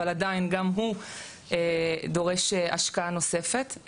אבל עדיין גם הוא דורש השקעה נוספת,